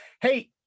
Hey